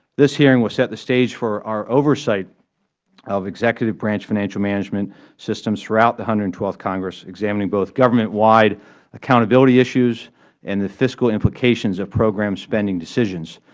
this hearing will set the stage for our oversight of executive branch financial management systems throughout the one hundred and twelfth congress, examining both government-wide accountability issues and the fiscal implications of program spending decisions.